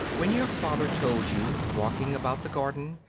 when your father told you, walking about the garden,